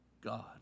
God